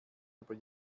über